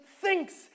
thinks